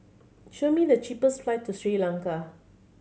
show me the cheapest flight to Sri Lanka